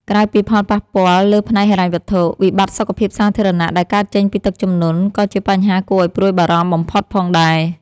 ក្រៅពីផលប៉ះពាល់លើផ្នែកហិរញ្ញវត្ថុ វិបត្តិសុខភាពសាធារណៈដែលកើតចេញពីទឹកជំនន់ ក៏ជាបញ្ហាគួរឱ្យព្រួយបារម្ភបំផុតផងដែរ។